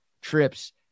trips